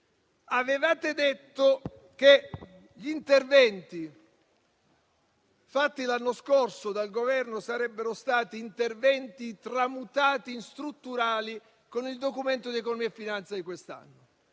avevate detto che gli interventi fatti l'anno scorso dal Governo sarebbero stati tramutati in strutturali con il Documento di economia e finanza di quest'anno.